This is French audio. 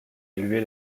élever